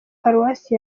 paruwasi